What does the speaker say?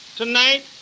tonight